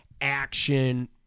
action